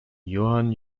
johann